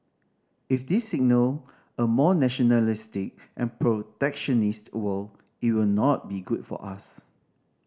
if this signal a more nationalistic and protectionist world it will not be good for us